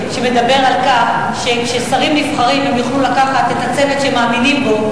שמדברת על כך שכששרים נבחרים הם יוכלו לקחת את הצוות שהם מאמינים בו,